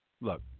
look